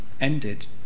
ended